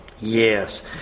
Yes